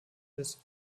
des